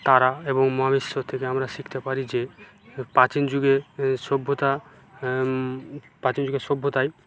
তারা এবং মহাবিশ্ব থেকে আমরা শিখতে পারি যে প্রাচীন যুগের সভ্যতা প্রাচীন যুগের সভ্যতায়